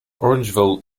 orangeville